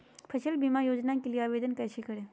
फसल बीमा योजना के लिए आवेदन कैसे करें?